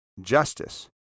justice